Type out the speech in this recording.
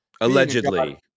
allegedly